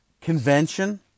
convention